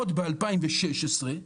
עוד ב-2016,